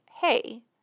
hey